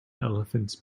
elephants